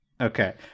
Okay